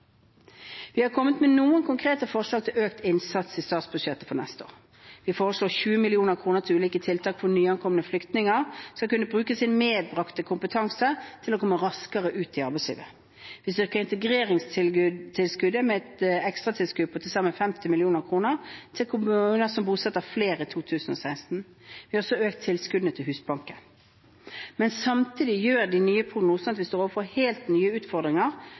Vi har kommet med noen konkrete forslag til økt innsats i statsbudsjettet for neste år. Vi foreslår 20 mill. kr til ulike tiltak for at nyankomne flyktninger skal kunne bruke sin medbrakte kompetanse til å komme raskere ut i arbeidslivet. Vi foreslår å styrke integreringstilskuddet med et ekstratilskudd på til sammen 50 mill. kr til kommuner som bosetter flere i 2016. Vi har også økt tilskuddene til Husbanken. Samtidig gjør de nye prognosene at vi står overfor helt nye utfordringer